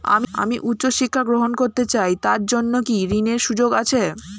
আমি উচ্চ শিক্ষা গ্রহণ করতে চাই তার জন্য কি ঋনের সুযোগ আছে?